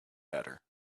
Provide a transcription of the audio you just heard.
better